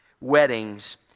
weddings